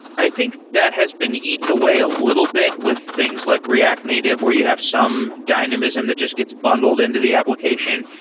i think that has been eaten away a little bit with things like react native where you have some dynamism that just gets bundled into the application.